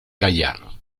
callar